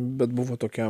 bet buvo tokia